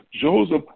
Joseph